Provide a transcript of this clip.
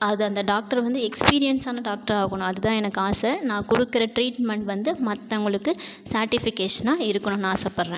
அது அந்த டாக்டர் வந்து எக்ஸ்பீரியன்ஸான டாக்டராக ஆகணும் அதுதான் எனக்கு ஆசை நான் கொடுக்குற ட்ரீட்மண்ட் வந்து மத்தவங்களுக்கு சாட்டிஸ்ஃபாக்ஷனாக இருக்கணும்னு ஆசைப்படுறேன்